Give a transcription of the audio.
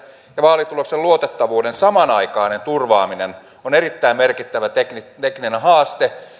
ja vaalituloksen luotettavuuden samanaikainen turvaaminen on erittäin merkittävä tekninen tekninen haaste